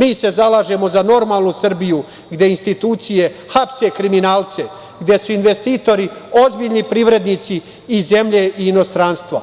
Mi se zalažemo za normalnu Srbiju gde institucije hapse kriminalce, gde su investitori ozbiljni privrednici iz zemlje i inostranstva,